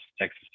Texas